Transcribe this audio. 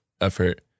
effort